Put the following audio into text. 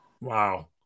Wow